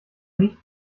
nicht